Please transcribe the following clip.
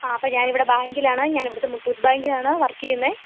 ആ അപ്പം ഞാനിവിടെ ബാങ്കിലാണ് ഞാനവിടുത്തെ മുത്തൂട്ട് ബാങ്കിലാണ് വർക്ക് ചെയ്യുന്നത്